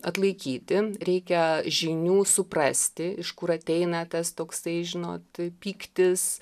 atlaikyti reikia žinių suprasti iš kur ateina tastoksai žinot pyktis